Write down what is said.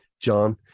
John